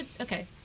Okay